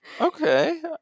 Okay